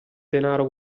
denaro